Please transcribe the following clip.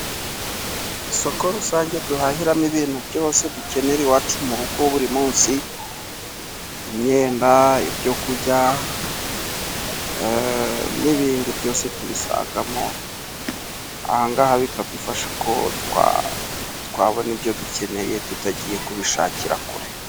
Isoko rusange duhahiramo ibintu byose dukenera iwacu mu rugo buri munsi, imyenda, ibyo kurya, n'ibindi byose tubisangamo, aha ngaha bikadufasha ko twabona ibyo dukeneye tutagiye kubishakira kure.